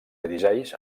dirigeix